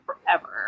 forever